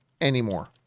anymore